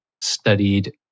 studied